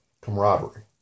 camaraderie